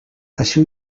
així